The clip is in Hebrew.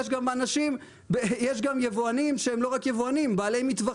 יש גם יבואנים שהם לא רק יבואנים אלא גם בעלי מטווחים.